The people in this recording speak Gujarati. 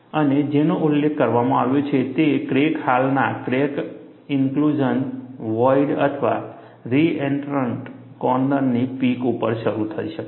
અને જેનો ઉલ્લેખ કરવામાં આવ્યો છે તે ક્રેક હાલના ક્રેક ઇન્ક્લુઝન વોઇડ અથવા રિ એન્ટ્રન્ટ કોર્નરની પીક ઉપર શરૂ થઈ શકે છે